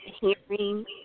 hearing